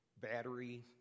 Battery